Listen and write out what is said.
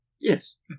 Yes